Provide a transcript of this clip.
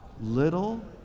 Little